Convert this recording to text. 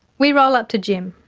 we roll up to jim.